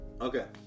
Okay